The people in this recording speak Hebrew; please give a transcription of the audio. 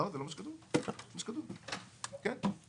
כן,